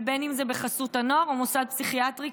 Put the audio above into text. ובין אם זה בחסות הנוער או מוסד פסיכיאטרי,